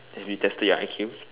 have you tested your I_Q